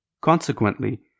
Consequently